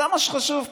זה מה שחשוב פה.